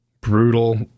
brutal